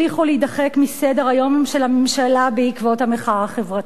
להידחק מסדר-היום של הממשלה בעקבות המחאה החברתית.